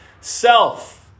self